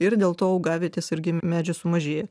ir dėl to augavietės irgi medžių sumažėja